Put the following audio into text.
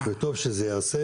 טוב שזה ייעשה